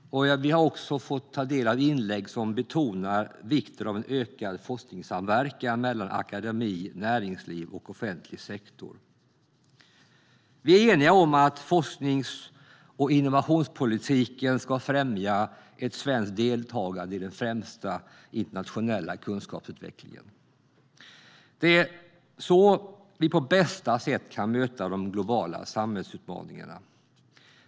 Vi har också fått ta del av inlägg som betonar vikten av en ökad forskningssamverkan mellan akademi, näringsliv och offentlig sektor. Vi är eniga om att forsknings och innovationspolitiken ska främja ett svenskt deltagande i den främsta internationella kunskapsutvecklingen. Det är så vi på bästa sätt kan möta de globala samhällsutmaningarna.